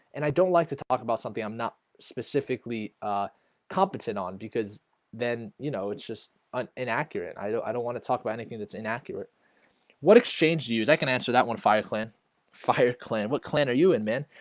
and i don't like to talk about something. i'm not specifically competent on because then you know it's just an accurate. i don't i don't want to talk about anything. that's inaccurate what exchange to use i can answer that one fire clan fire clan? what clan are you and man?